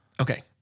Okay